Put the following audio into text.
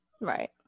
Right